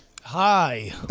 Hi